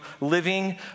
living